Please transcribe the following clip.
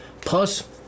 Plus